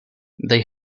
they